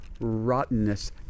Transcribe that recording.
rottenness